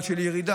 אבל של ירידה,